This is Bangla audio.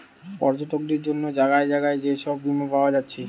পর্যটকদের জন্যে জাগায় জাগায় যে সব বীমা পায়া যাচ্ছে